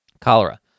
Cholera